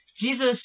Jesus